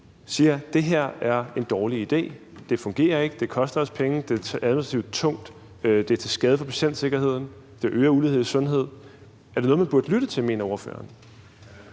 siger, at det her er en dårlig idé, at det ikke fungerer, at det koster os penge, at det er administrativt tungt, at det er til skade for patientsikkerheden, og at det øger ulighed i sundhed. Mener ordføreren,